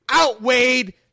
outweighed